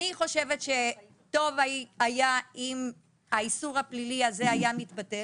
אני חושבת שטוב היה אם האיסור הפלילי הזה היה מתבטל,